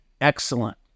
excellent